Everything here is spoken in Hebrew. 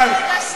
מה עם כפר-קאסם?